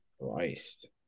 Christ